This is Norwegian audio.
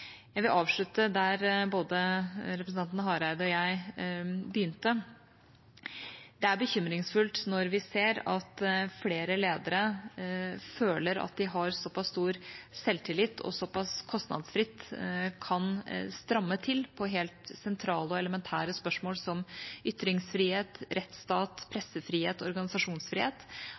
Jeg vil avslutte der både representanten Hareide og jeg begynte. Det er bekymringsfullt når vi ser at flere ledere føler at de har såpass stor selvtillit at de – såpass kostnadsfritt – kan stramme til i helt sentrale og elementære spørsmål som ytringsfrihet, rettsstat, pressefrihet og organisasjonsfrihet.